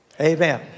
Amen